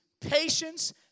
patience